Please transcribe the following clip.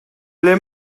ble